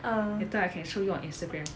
later I can show you on instagram